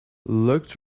looked